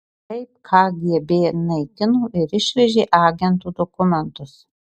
kaip kgb naikino ir išvežė agentų dokumentus